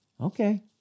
Okay